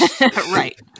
Right